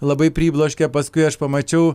labai pribloškė paskui aš pamačiau